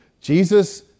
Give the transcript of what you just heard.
Jesus